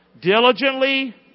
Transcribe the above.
Diligently